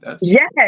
Yes